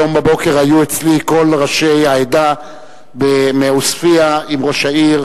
היום בבוקר היו אצלי כל ראשי העדה מעוספיא עם ראש העיר